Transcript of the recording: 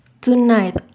Tonight